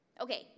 Okay